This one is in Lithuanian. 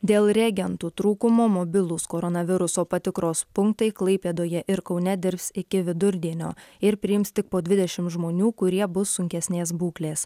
dėl reagentų trūkumo mobilūs koronaviruso patikros punktai klaipėdoje ir kaune dirbs iki vidurdienio ir priims tik po dvidešimt žmonių kurie bus sunkesnės būklės